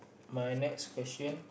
my next question